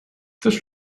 this